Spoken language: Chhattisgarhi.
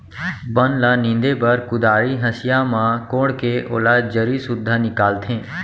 बन ल नींदे बर कुदारी, हँसिया म कोड़के ओला जरी सुद्धा निकालथें